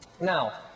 Now